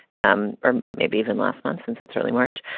um or maybe even last month since it's early march.